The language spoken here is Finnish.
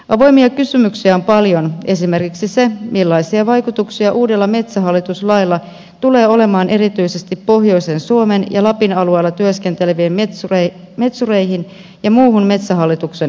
avoimia kysymyksiä on paljon esimerkiksi se millaisia vaikutuksia uudella metsähallitus lailla tulee olemaan erityisesti pohjoisen suomen ja lapin alueella työskenteleviin metsureihin ja muuhun metsähallituksen henkilöstöön